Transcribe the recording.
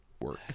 work